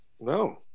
no